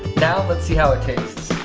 now let's see how it tastes.